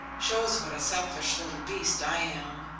shows what a selfish little beast i am!